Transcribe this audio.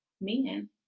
men